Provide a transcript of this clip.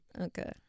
Okay